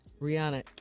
Rihanna